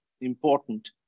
important